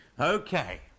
Okay